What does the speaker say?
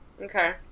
Okay